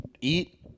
eat